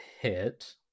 hit